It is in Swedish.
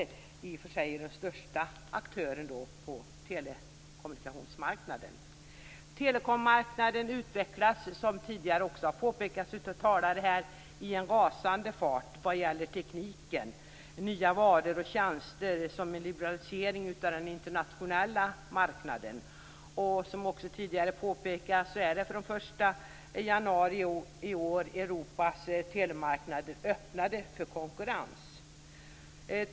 Det är i och för sig den största aktören på telekommunikationsmarknaden. Telekommarknaden utvecklas, som tidigare också har påpekats av talare, i en rasande fart vad gäller tekniken. Det kommer nya varor och tjänster som en effekt av liberalisering av den internationella marknaden. Som också tidigare påpekats är Europas telemarknader öppnade för konkurrens från den 1 januari i år.